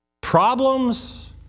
Problems